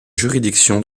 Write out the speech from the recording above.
juridiction